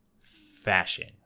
fashion